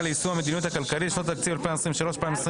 ליישום המדיניות הכלכלית לשנת התקציב 2023 ו-2024),